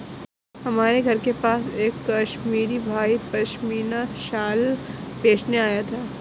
हमारे घर के पास एक कश्मीरी भाई पश्मीना शाल बेचने आया था